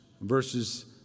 Verses